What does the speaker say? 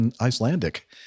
Icelandic